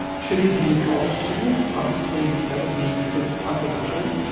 should it be college students? obviously, that would be a bit contradictory.